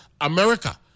America